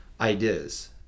ideas